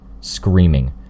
screaming